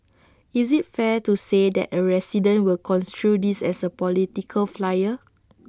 is IT fair to say that A resident will construe this as A political flyer